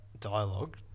dialogue